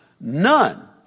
none